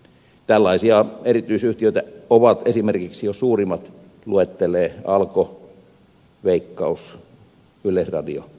tällaisia erityisyhtiöitä ovat esimerkiksi jos suurimmat luettelee alko veikkaus yleisradio osakeyhtiöt